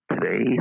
Today